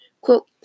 quote